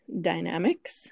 dynamics